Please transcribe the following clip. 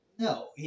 No